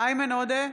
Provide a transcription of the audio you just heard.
איימן עודה,